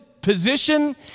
position